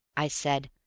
i said.